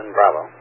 Bravo